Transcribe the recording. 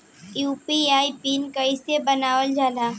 UPI PIN कइसे बनावल जाला?